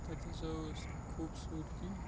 تَتہِ ہَسا ٲس خوٗبصوٗرتی